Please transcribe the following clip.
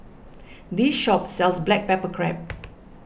this shop sells Black Pepper Crab